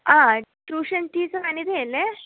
ആ tuition teacher അനിതയല്ലേ